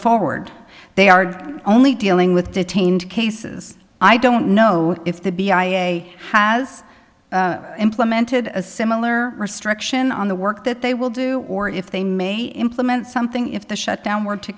forward they are only dealing with detained cases i don't know if they be i a e a has implemented a similar restriction on the work that they will do or if they may implement something if the shutdown were to